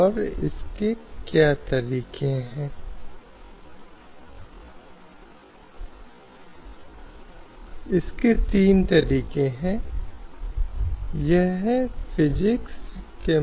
संदर्भ समय को देखें 039 एक ओर हमने देखा है कि संविधान प्रस्तावना के संबंध में कुछ आदर्शों और मूल्यों को मानती है और जिसे राज्य को कायम रखना है